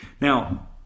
Now